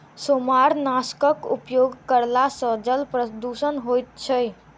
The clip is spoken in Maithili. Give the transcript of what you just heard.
सेमारनाशकक उपयोग करला सॅ जल प्रदूषण होइत छै